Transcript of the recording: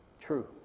True